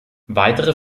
weitere